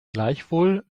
gleichwohl